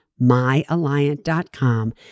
myalliant.com